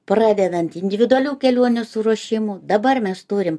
pradedant individualių kelionių suruošimu dabar mes turim